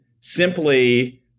simply